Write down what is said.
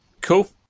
cool